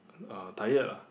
uh tired ah